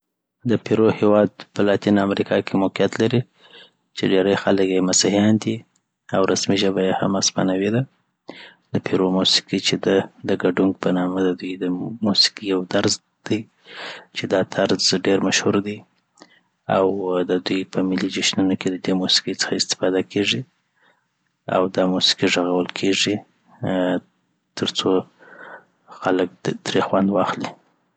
د پیرو هیواد په لاتینه امریکا کي موقیعت لري چي ډيري خلک یی مسیحیان دی او رسمی ژبه یی هم هسپانوي ده د پیرو موسیقي چي ده د ګډونګ په نامه ددوی د موسیقی یو طرز دي چی دا طرز چي ډیر مشهور دي او ددوي په ملي جشنونو کي ددی موسیقی څخه استفاده کیږی او دا موسیقي ږغول کیږی. آ ترڅو خلک تري خوند واخلي